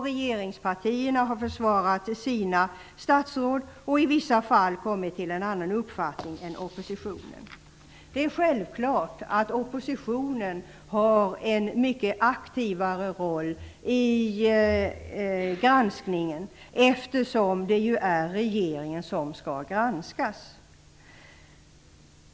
Regeringspartierna har försvarat sina statsråd och i vissa fall kommit fram till en annan uppfattning än oppositionen. Det är självklart att oppositionen har en mycket aktivare roll i granskningen, eftersom det ju är regeringen som skall granskas.